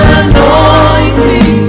anointing